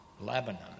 Lebanon